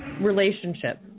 relationship